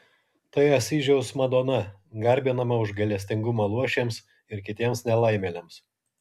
tai asyžiaus madona garbinama už gailestingumą luošiams ir kitiems nelaimėliams